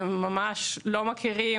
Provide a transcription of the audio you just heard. הם לא מכירים,